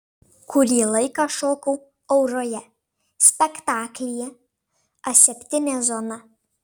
kurį laiką šokau auroje spektaklyje aseptinė zona